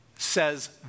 says